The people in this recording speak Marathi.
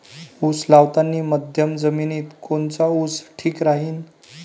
उस लावतानी मध्यम जमिनीत कोनचा ऊस ठीक राहीन?